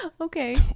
okay